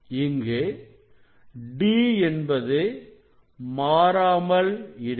இங்கு D என்பது மாறாமல் இருக்கும்